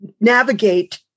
navigate